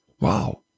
Wow